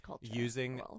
using